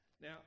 now